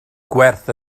gwerth